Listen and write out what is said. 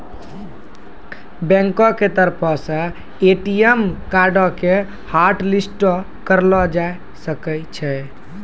बैंको के तरफो से ए.टी.एम कार्डो के हाटलिस्टो करलो जाय सकै छै